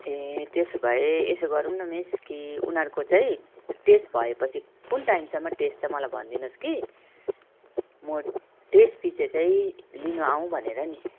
ए त्यसो भए यसो गरौँ न मिस कि उनीहरूको चाहिँ टेस्ट भएपछि कुन टाइमसम्म टेस्ट छ मलाई भनिदिनु होस् कि म टेस्ट पछि चाहिँ लिनु आउँ भनेर नि